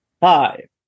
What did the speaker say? five